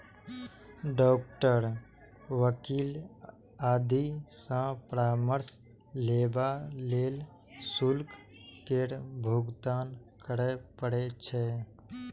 doctor, वकील आदि सं परामर्श लेबा लेल शुल्क केर भुगतान करय पड़ै छै